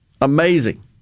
Amazing